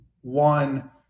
one